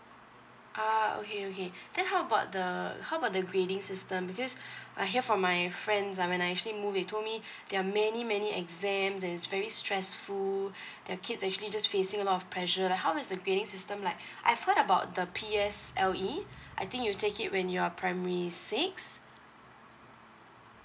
ah okay okay then how about the how about the grading system because I hear from my friends ah when I actually moved they told me there are many many exams it's very stressful their kids actually just facing a lot of pressure like how is the grading system like I've heard about the P_S_L_E I think you take it when you're primary six